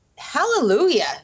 hallelujah